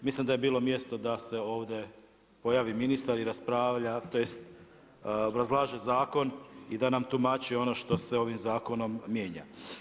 Mislim da je bilo mjesto da se ovdje pojavi ministar i raspravlja, tj. obrazlaže zakon i da nam tumači ono što se ovim zakonom mijenja.